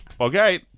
Okay